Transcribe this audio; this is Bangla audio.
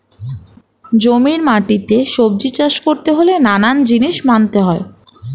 জমির মাটিতে সবজি চাষ করতে হলে নানান জিনিস মানতে হয়